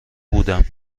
بودم